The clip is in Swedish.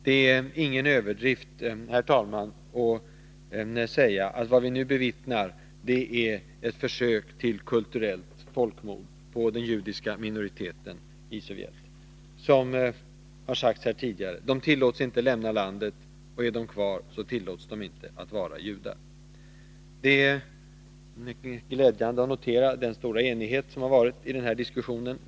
Det är ingen överdrift, herr talman, att säga att vad vi nu bevittnar är ett försök till kulturellt folkmord på den judiska minoriteten i Sovjetunionen. Som det har sagts här tidigare: De tillåts inte lämna landet, och är de kvar så tillåts de inte att vara judar. Det är glädjande att notera den stora enighet som har rått i diskussionen i dag.